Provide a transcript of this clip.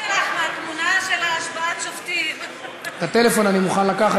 את הטלפון אני מוכן לקחת,